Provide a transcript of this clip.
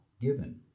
given